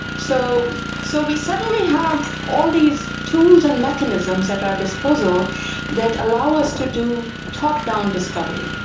so so we suddenly have all these tools and mechanisms at our disposal that allow us to do top down discover.